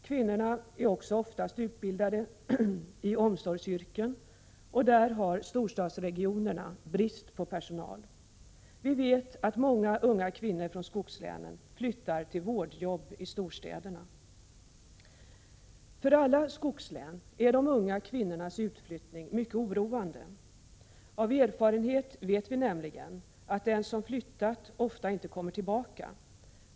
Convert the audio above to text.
Kvinnorna är också oftast utbildade i omsorgsyrken, och inom dessa yrken har storstadsregionerna brist på personal. Vi vet att många unga kvinnor från skogslänen flyttar till vårdjobb i storstäderna. För alla skogslän är de unga kvinnornas utflyttning mycket oroande. Av erfarenhet vet vi nämligen att den som flyttat ofta inte kommer tillbaka.